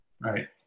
Right